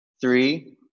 three